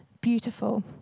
beautiful